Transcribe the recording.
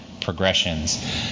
progressions